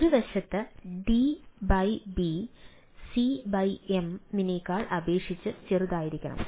ഒരു വശത്ത് D by B C യെ എം നെ അപേക്ഷിച്ച് ചെറുതായിരിക്കണം